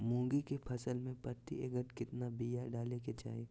मूंग की फसल में प्रति एकड़ कितना बिया डाले के चाही?